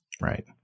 right